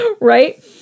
Right